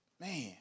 Man